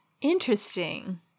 Interesting